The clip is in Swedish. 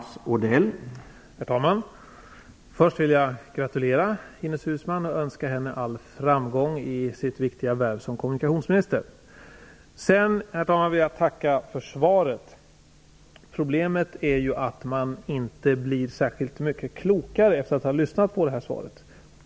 Herr talman! Först vill jag gratulera Ines Uusmann och önska henne all framgång i sitt viktiga värv som kommunikationsminister. Sedan vill jag tacka för svaret. Problemet är att man inte blir särskilt mycket klokare efter att ha lyssnat på svaret.